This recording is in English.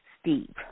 Steve